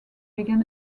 began